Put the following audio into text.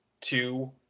two